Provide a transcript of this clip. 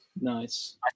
Nice